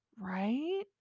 right